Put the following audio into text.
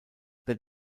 that